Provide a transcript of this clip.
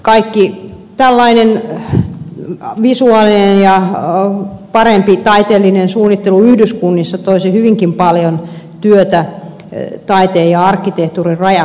kaikki tällainen visuaalinen ja parempi taiteellinen suunnittelu yhdyskunnissa toisi hyvinkin paljon työtä taiteen ja arkkitehtuurin rajapinnassa